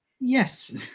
yes